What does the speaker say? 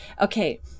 okay